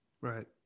Right